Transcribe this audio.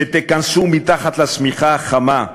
כשתיכנסו מתחת לשמיכה החמה,